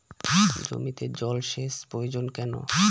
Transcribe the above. জমিতে জল সেচ প্রয়োজন কেন?